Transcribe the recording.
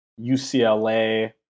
UCLA